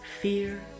Fear